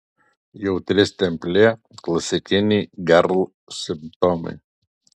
jautri stemplė klasikiniai gerl simptomai